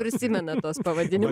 prisimenat tuos pavadinimu